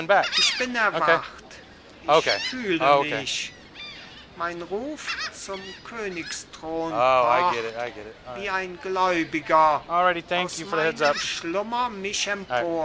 ich bin erwacht ich fühle mich mein ruf zum königsthron pocht wie ein gläubiger aus meinem schlummer mich